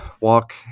walk